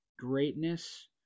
Greatness